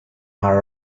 are